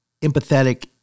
empathetic